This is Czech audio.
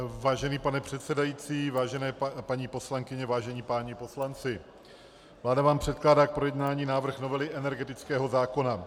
Vážený pane předsedající, vážené paní poslankyně, vážení páni poslanci, vláda vám předkládá k projednání návrh novely energetického zákona.